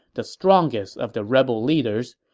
the strongest of the rebel leaders,